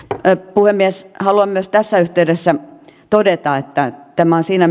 puhemies haluan myös tässä yhteydessä todeta että tämä on siinä